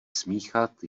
smíchat